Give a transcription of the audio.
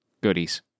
goodies